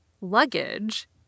luggage